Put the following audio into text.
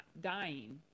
dying